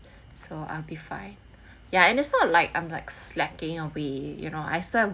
so I'll be fine ya and it's not like I'm like slacking away you know still have